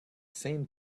same